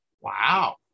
Wow